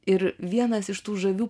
ir vienas iš tų žavių